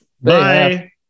bye